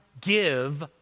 give